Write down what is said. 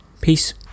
Peace